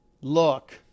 Look